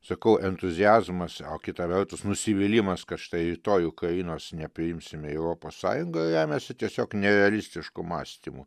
sakau entuziazmas o kita vertus nusivylimas kad štai tuoj ukrainos nepriimsime į europos sąjungą remiasi tiesiog nerealistišku mąstymu